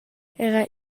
era